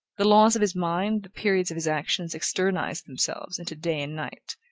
the laws of his mind, the periods of his actions externized themselves into day and night,